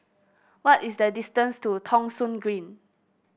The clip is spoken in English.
what is the distance to Thong Soon Green